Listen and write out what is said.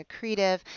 accretive